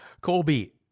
Colby